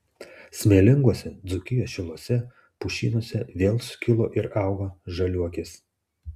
smėlinguose dzūkijos šiluose pušynuose vėl sukilo ir auga žaliuokės